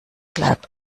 bleib